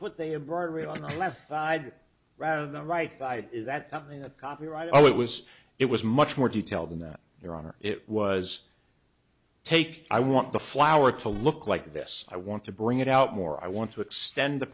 me on the left side rather the right side is that something that copyright oh it was it was much more detailed than that your honor it was take i want the flower to look like this i want to bring it out more i want to extend the